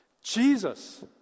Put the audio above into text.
Jesus